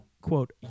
quote